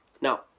Now